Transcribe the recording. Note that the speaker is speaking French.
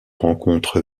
rencontre